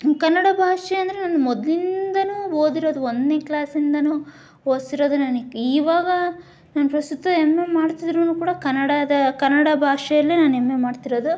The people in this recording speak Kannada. ಕನ್ನಡ ಭಾಷೆ ಅಂದರೆ ನನ್ನ ಮೊದ್ಲಿಂದಲೂ ಓದಿರೋದು ಒಂದನೇ ಕ್ಲಾಸಿಂದಲೂ ಓದಿಸಿರೋದೇ ನನಗೆ ಈವಾಗ ನಾನು ಪ್ರಸ್ತುತ ಎಂ ಎ ಮಾಡ್ತಿದ್ರೂ ಕೂಡ ಕನ್ನಡದ ಕನ್ನಡ ಭಾಷೆಯಲ್ಲೇ ನಾನು ಎಂ ಎ ಮಾಡ್ತಿರೋದು